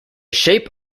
shape